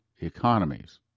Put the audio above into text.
economies